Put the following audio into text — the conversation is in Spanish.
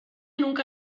nunca